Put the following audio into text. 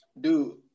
dude